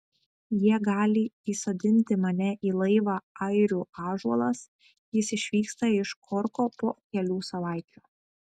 jie gali įsodinti mane į laivą airių ąžuolas jis išvyksta iš korko po kelių savaičių